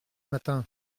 matin